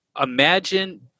Imagine